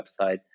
website